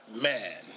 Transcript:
man